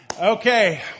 Okay